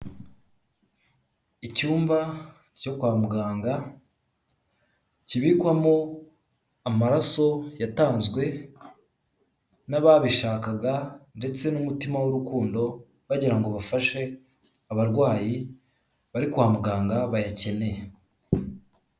Icyumba cyo kwa muganga kibikwamo amaraso yatanzwe n'ababishakaga ndetse n'umutima w'urukundo bagirango ngo bafashe abarwayi bari kwa muganga bayakeneye.